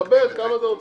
דבר, כמה אתה רוצה?